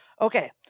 Okay